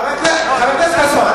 חבר הכנסת חסון,